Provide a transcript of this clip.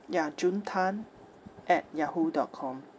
ya june tan at Yahoo dot com